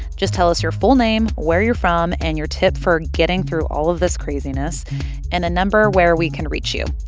just tell us your full name, where you're from and your tip for getting through all of this craziness and a number where we can reach you.